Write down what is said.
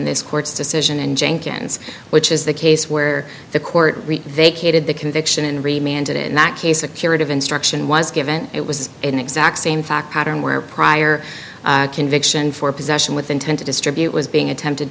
this court's decision and jenkins which is the case where the court vacated the conviction and remained in that case a curative instruction was given it was an exact same fact pattern where prior conviction for possession with intent to distribute was being attempted